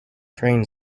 train